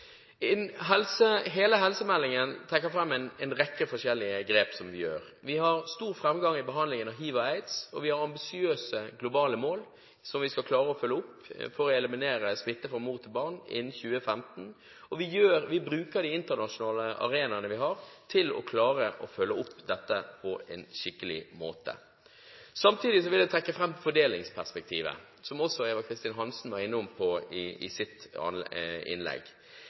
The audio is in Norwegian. Hele helsemeldingen trekker fram en rekke forskjellige grep som vi gjør. Vi har stor framgang i behandlingen av hiv og aids, vi har ambisiøse globale mål som vi skal klare å følge opp for å eliminere smitte fra mor til barn innen 2015, og vi bruker de internasjonale arenaene vi har, til å klare å følge opp dette på en skikkelig måte. Samtidig vil jeg trekke fram fordelingsperspektivet – som også Eva Kristin Hansen var inne på i sitt innlegg. I